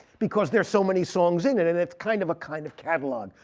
because there's so many songs in it. and that's kind of a kind of catalog,